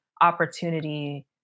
opportunity